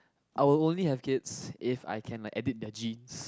I will only have kids if I can like edit their genes